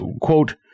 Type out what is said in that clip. quote